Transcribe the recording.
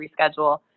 reschedule